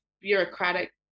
bureaucratic